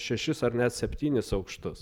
šešis ar net septynis aukštus